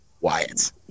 Wyatt